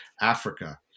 Africa